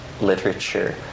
literature